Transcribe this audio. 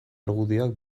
argudioak